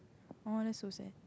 !aw! that's so sad